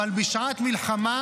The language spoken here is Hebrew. אבל בשעת מלחמה,